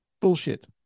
Bullshit